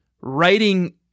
writing